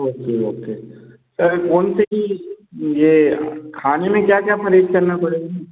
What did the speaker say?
okay okay sir कौनसे ई यह खाने में क्या क्या परहेज़ करना पड़ेगा